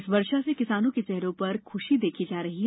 इस बारिश से किसानों के चेहरों पर खुशी देखी जा रही है